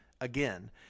again